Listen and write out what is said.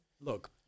look